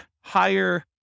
higher